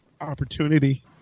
opportunity